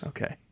Okay